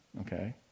Okay